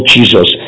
Jesus